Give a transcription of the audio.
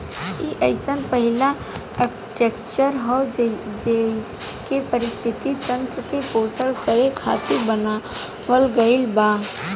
इ अइसन पहिला आर्कीटेक्चर ह जेइके पारिस्थिति तंत्र के पोषण करे खातिर बनावल गईल बा